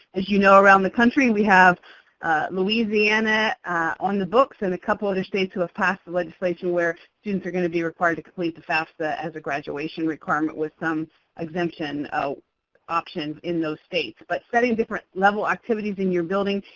as you know, around the country, we have louisiana on the books and a couple other states who have passed the legislature where students are going to be required to complete the fafsa as a graduation requirement with some exemption options in those states. but setting different level activities in your building,